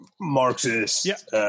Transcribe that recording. Marxist